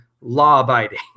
law-abiding